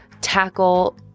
tackle